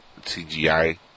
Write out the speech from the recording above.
CGI